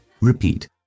Repeat